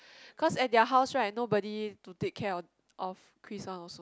cause at their house right nobody to take care of of Chris one also